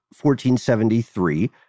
1473